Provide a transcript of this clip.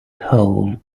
hole